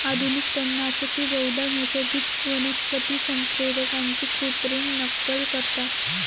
आधुनिक तणनाशके बहुधा नैसर्गिक वनस्पती संप्रेरकांची कृत्रिम नक्कल करतात